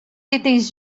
itens